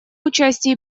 участие